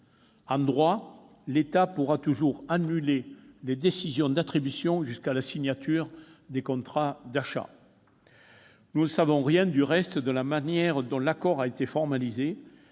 En droit, l'État pourra toujours annuler les décisions d'attribution jusqu'à la signature des contrats d'achat. Nous ne savons rien, du reste, de la manière dont l'accord a été formalisé,